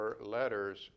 letters